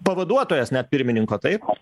pavaduotojas net pirmininko taip